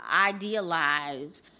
idealize